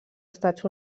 estats